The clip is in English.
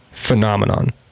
Phenomenon